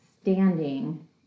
standing